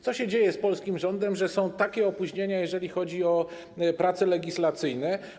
Co się dzieje z polskim rządem, że są takie opóźnienia, jeżeli chodzi o prace legislacyjne?